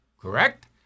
correct